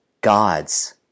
God's